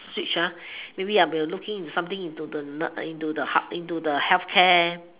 switch ah maybe I will looking in something into the into into the healthcare